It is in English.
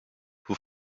who